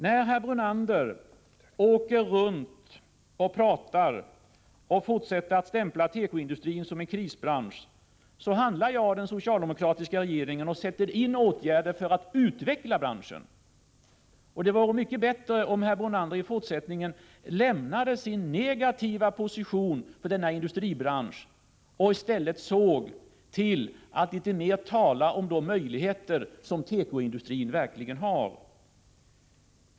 När herr Brunander åker runt och pratar och fortsätter att stämpla tekoindustrin som en krisbransch, så handlar jag och den socialdemokratiska regeringen, och vi sätter in åtgärder för att utveckla branschen. Det vore mycket bra om herr Brunander i fortsättningen lämnade sin negativa position när det gäller denna industribransch och i stället talade litet mer om de möjligheter som tekoindustrin verkligen har.